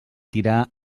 tirar